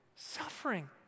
suffering